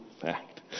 fact